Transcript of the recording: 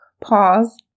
Pause